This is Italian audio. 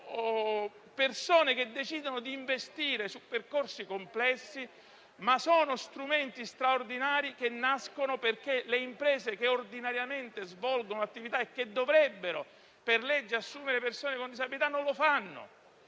persone che decidono di investire su percorsi complessi, ma sono strumenti straordinari, che nascono perché le imprese, che ordinariamente svolgono attività e che dovrebbero per legge assumere persone con disabilità, non lo fanno.